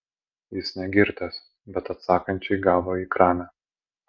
jis ne girtas bet atsakančiai gavo į kramę